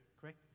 correct